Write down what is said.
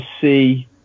see